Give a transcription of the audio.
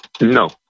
No